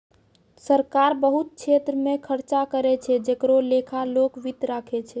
सरकार बहुत छेत्र मे खर्चा करै छै जेकरो लेखा लोक वित्त राखै छै